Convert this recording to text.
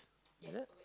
is it